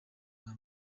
bwa